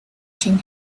king